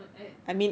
but I